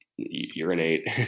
urinate